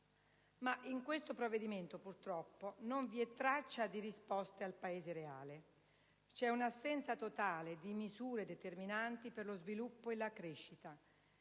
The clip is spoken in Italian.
Ma in questo provvedimento, purtroppo, non vi è traccia di risposte al Paese reale. C'è un'assenza totale di misure determinanti per lo sviluppo e la crescita.